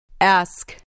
Ask